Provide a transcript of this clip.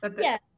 Yes